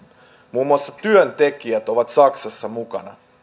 muun muassa työntekijät ovat saksassa mukana